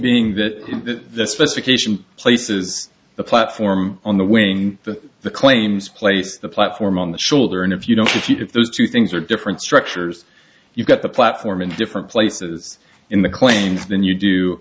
being that the specification places the platform on the wing that the claims place the platform on the shoulder and if you don't if you get those two things are different structures you've got the platform in different places in the claims than you do